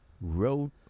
road